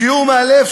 שיעור מאלף,